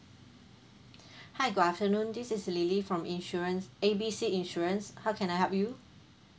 hi good afternoon this is lily from insurance A B C insurance how can I help you